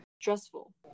stressful